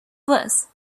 bliss